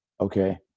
Okay